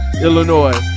Illinois